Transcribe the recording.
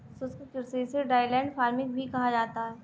शुष्क कृषि जिसे ड्राईलैंड फार्मिंग भी कहा जाता है